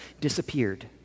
disappeared